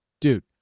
Dude